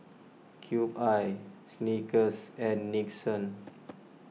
Cube I Snickers and Nixon